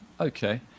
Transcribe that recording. okay